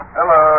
Hello